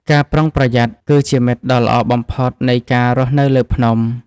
ការប្រុងប្រយ័ត្នគឺជាមិត្តដ៏ល្អបំផុតនៃការរស់នៅលើភ្នំ។